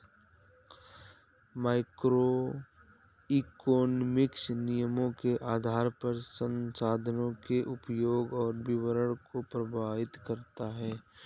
microeconomics निर्णयों के आधार पर संसाधनों के उपयोग और वितरण को प्रभावित करता है